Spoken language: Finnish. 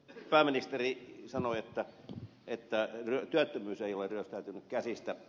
pääministeri sanoi että työttömyys ei ole ryöstäytynyt käsistä